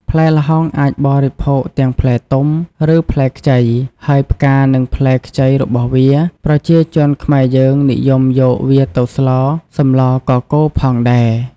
ផ្លែល្ហុងអាចបរិភោគទាំងផ្លែទុំ ឬផ្លែខ្ចី ហើយផ្កានិងផ្លែខ្ចីរបស់វា ប្រជាជនខ្មែរយើងនិយមយកវាទៅស្លសម្លកកូរផងដែរ។